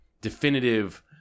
definitive